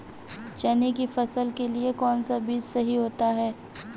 चने की फसल के लिए कौनसा बीज सही होता है?